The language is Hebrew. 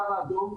הקו האדום,